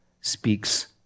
speaks